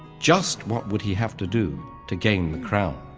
just what would he have to do to gain the crown?